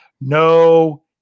No